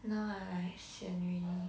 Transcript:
now I like sian already